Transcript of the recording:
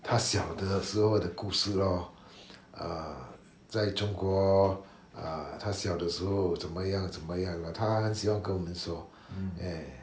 他小的时候的故事 lor ah 在中国 ah 他小的时候怎么样怎么样 lah 他很喜欢跟我们说 eh